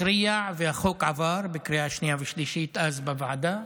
והחוק עבר בקריאה שנייה ושלישית אז בוועדה.